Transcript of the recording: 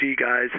guys